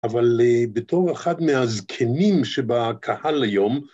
אבל בתור אחד מהזקנים שבקהל היום